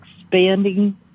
expanding